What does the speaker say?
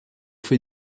fait